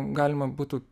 galima būtų